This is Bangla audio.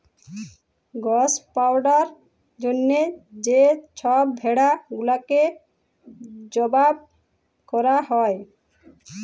গস পাউয়ার জ্যনহে যে ছব ভেড়া গুলাকে জবাই ক্যরা হ্যয়